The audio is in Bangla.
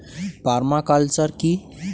পার্মা কালচার কি?